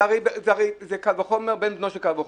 זה קל וחומר, בן בנו של קל וחומר.